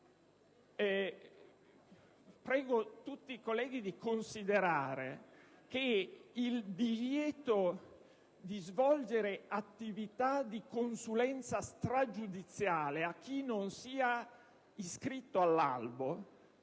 Invito tutti i colleghi a considerare che il divieto di svolgere attività di consulenza stragiudiziale a chi non sia iscritto all'albo